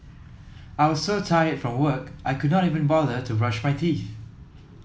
I was so tired from work I could not even bother to brush my teeth